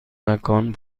مکان